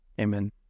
amen